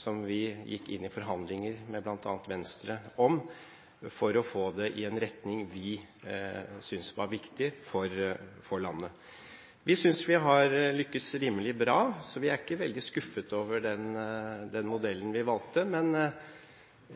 som vi gikk inn i forhandlinger med bl.a. Venstre om – for å få det i en retning vi syntes var viktig for landet. Vi synes vi har lyktes rimelig bra, så vi er ikke veldig skuffet over den modellen vi valgte, men